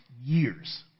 years